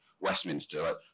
Westminster